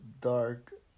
dark